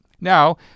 Now